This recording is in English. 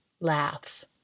laughs